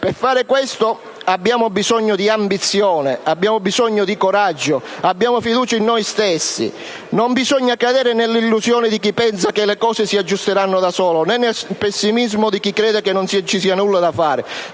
Per fare questo abbiamo bisogno di ambizione, di coraggio e di fiducia in noi stessi. Non bisogna cadere nell'illusione di chi pensa che le cose si aggiusteranno da sole, né nel pessimismo di chi crede che non ci sia nulla da fare.